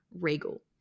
regal